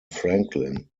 franklin